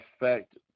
affect